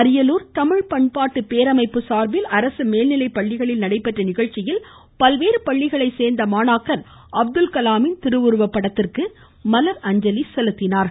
அரியலூர் தமிழ் பண்பாட்டு பேரமைப்பு சார்பில் அரசு மேல்நிலைப்பள்ளியில் நடைபெற்ற நிகழ்ச்சியில் பல்வேறு பள்ளிகளைச் சேர்ந்த மாணாக்கர் அப்துல்கலாமின் திருவுருவ படத்திற்கு மலர் அஞ்சலி செலுத்தினர்